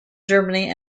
germany